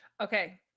Okay